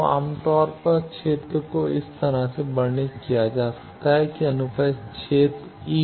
तो आमतौर पर क्षेत्र को इस तरह से वर्णित किया जा सकता है कि अनुप्रस्थ क्षेत्र Et